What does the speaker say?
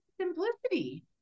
Simplicity